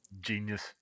genius